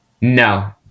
No